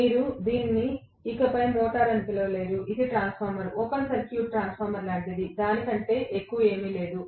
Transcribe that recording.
మీరు దీన్ని ఇకపై మోటారు అని పిలవలేరు ఇది ట్రాన్స్ఫార్మర్ ఓపెన్ సర్క్యూట్ ట్రాన్స్ఫార్మర్ లాంటిది దాని కంటే ఎక్కువ ఏమీ లేదు